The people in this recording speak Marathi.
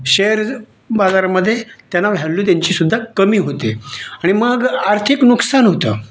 शेअर बाजारामध्ये त्यांना व्हॅल्यू त्यांची सुद्धा कमी होते आणि मग आर्थिक नुकसान होतं